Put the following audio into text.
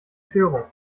störung